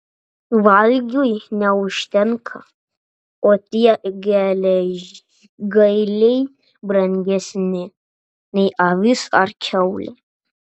valgiui neužtenka o tie geležgaliai brangesni nei avis ar kiaulė